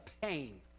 pain